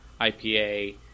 ipa